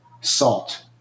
salt